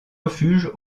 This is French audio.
refuge